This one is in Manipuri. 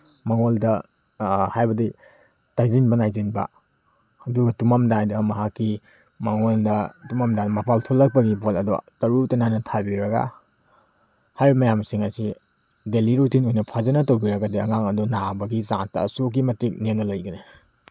ꯃꯉꯣꯟꯗ ꯍꯥꯏꯕꯗꯤ ꯇꯩꯁꯤꯟꯕ ꯅꯩꯁꯤꯟꯕ ꯑꯗꯨꯒ ꯇꯨꯝꯃꯝꯗꯥꯏꯗ ꯃꯍꯥꯛꯀꯤ ꯃꯉꯣꯟꯗ ꯇꯨꯝꯃꯝꯗꯥꯏ ꯃꯄꯥꯜ ꯊꯣꯛꯂꯛꯄꯒꯤ ꯄꯣꯠ ꯑꯗꯣ ꯇꯔꯨ ꯇꯅꯥꯟꯅ ꯊꯥꯕꯤꯔꯒ ꯍꯥꯏꯔꯤꯕ ꯃꯌꯥꯝꯁꯤꯡ ꯑꯁꯤ ꯗꯦꯂꯤ ꯔꯨꯇꯤꯟ ꯑꯣꯏꯅ ꯐꯖꯅ ꯇꯧꯕꯤꯔꯒꯗꯤ ꯑꯉꯥꯡ ꯑꯗꯨ ꯅꯥꯕꯒꯤ ꯆꯥꯟꯁ ꯑꯁꯨꯛꯀꯤ ꯃꯇꯤꯛ ꯅꯦꯝꯅ ꯂꯩꯒꯅꯤ